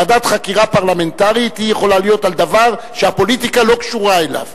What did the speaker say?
ועדת חקירה פרלמנטרית יכולה להיות על דבר שהפוליטיקה לא קשורה אליו.